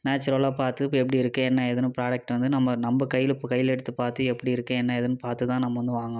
நேச்சுரலாக பார்த்து எப்படி இருக்குது என்ன ஏதுன்னு ப்ராடெக்ட்டு வந்து நம்ம நம்ம கையில் எடுத்து பார்த்து எப்படி இருக்குது என்ன ஏதுன்னு பார்த்து தான் நம்ம வந்து வாங்கணும்